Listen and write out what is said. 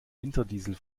winterdiesel